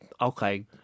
Okay